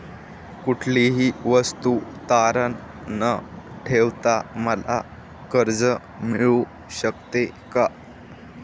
कुठलीही वस्तू तारण न ठेवता मला कर्ज मिळू शकते का?